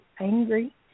angry